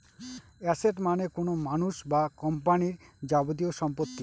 asset মানে কোনো মানুষ বা কোম্পানির যাবতীয় সম্পত্তি